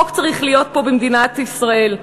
חוק צריך להיות פה במדינת ישראל.